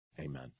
Amen